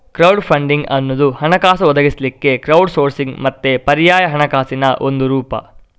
crowd funding ಅನ್ನುದು ಹಣಕಾಸು ಒದಗಿಸ್ಲಿಕ್ಕೆ ಕ್ರೌಡ್ ಸೋರ್ಸಿಂಗ್ ಮತ್ತೆ ಪರ್ಯಾಯ ಹಣಕಾಸಿನ ಒಂದು ರೂಪ